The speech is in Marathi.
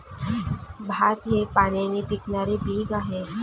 भात हे पाण्याने पिकणारे पीक आहे